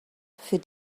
für